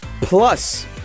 Plus